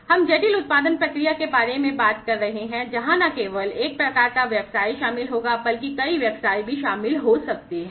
हम जटिल उत्पादन प्रक्रिया के बारे में बात कर रहे हैं जहां न केवल एक प्रकार का व्यवसाय शामिल होगा बल्कि कई व्यवसाय भी शामिल हो सकते हैं